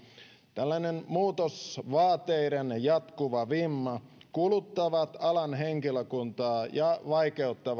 tällainen muutosvaateiden jatkuva vimma kuluttaa alan henkilökuntaa ja vaikeuttaa